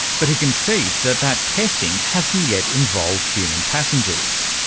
but he concedes that that testing hasn't yet involved human passengers.